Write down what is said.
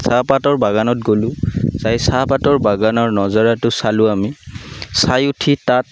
চাহপাতৰ বাগানত গ'লোঁ চাই চাহপাতৰ বাগানৰ নজাৰাটো চালো আমি চাই উঠি তাত